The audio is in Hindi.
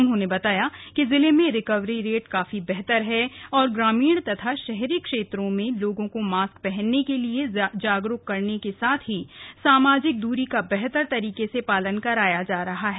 उन्होंने बताया कि जिले में रिकवरी रेट काफी बेहतर है और ग्रामीण हरी क्षेत्रों में लोगों को मास्क पहनने हेतु जागरूक करने के साथ ही सामाजिक दूरी का बेहतर तरीके से पालन कराया जा रहा है